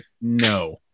No